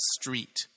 street